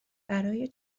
برای